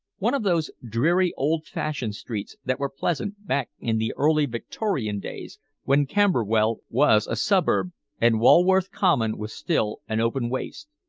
one of those dreary, old-fashioned streets that were pleasant back in the early victorian days when camberwell was a suburb and walworth common was still an open waste.